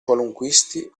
qualunquisti